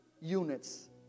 units